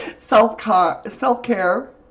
self-care